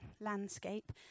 landscape